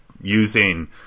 using